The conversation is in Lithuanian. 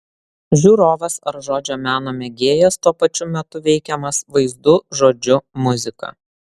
žiūrovas ar žodžio meno mėgėjas tuo pačiu metu veikiamas vaizdu žodžiu muzika